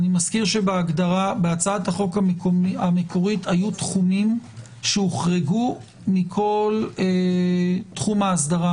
אני מזכיר שבהצעת החוק המקורית היו תחומים שהוחרגו מכל תחום האסדרה